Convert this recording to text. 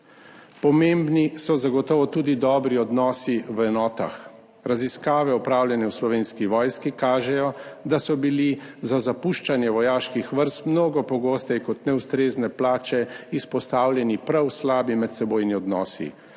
Pomembni so zagotovo tudi dobri odnosi v enotah. Raziskave, opravljene v Slovenski vojski, kažejo, da so bili za zapuščanje vojaških vrst mnogo pogosteje kot neustrezne plače izpostavljeni prav slabi medsebojni odnosi,